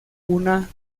una